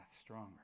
stronger